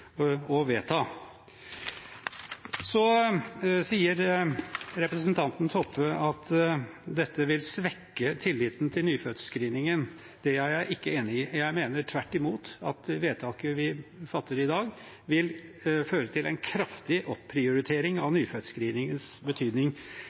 vedta. Representanten Toppe sier at dette vil svekke tilliten til nyfødtscreeningen. Det er jeg ikke enig i. Jeg mener tvert imot at vedtaket vi fatter i dag, vil føre til at nyfødtscreeningens betydning vil bli kraftig